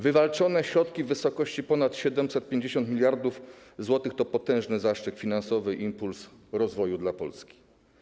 Wywalczone środki w wysokości ponad 750 mld zł to potężny zastrzyk finansowy i impuls do rozwoju dla Polski.